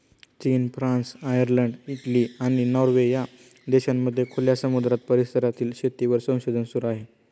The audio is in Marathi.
चीन, फ्रान्स, आयर्लंड, इटली, आणि नॉर्वे या देशांमध्ये खुल्या समुद्र परिसरातील शेतीवर संशोधन सुरू आहे